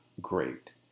great